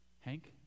Hank